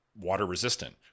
water-resistant